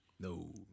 No